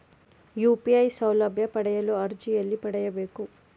UPI ಸೌಲಭ್ಯ ಪಡೆಯಲು ಅರ್ಜಿ ಎಲ್ಲಿ ಪಡಿಬೇಕು?